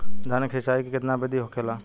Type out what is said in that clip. धान की सिंचाई की कितना बिदी होखेला?